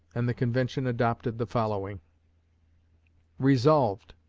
and the convention adopted the following resolved,